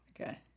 Okay